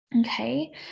Okay